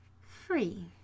free